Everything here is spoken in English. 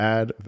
Add